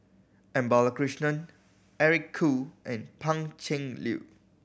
M Balakrishnan Eric Khoo and Pan Cheng Lui